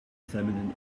feminine